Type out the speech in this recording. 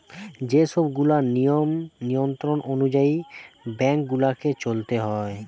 যে সব গুলা নিয়ম নিয়ন্ত্রণ অনুযায়ী বেঙ্ক গুলাকে চলতে হয়